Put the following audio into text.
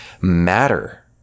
matter